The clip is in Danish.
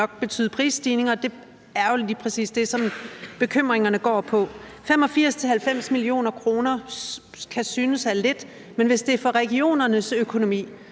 det er jo lige præcis det, som bekymringerne går på. 85-90 mio. kr. kan synes af lidt, men hvis det er i forhold til regionernes økonomi,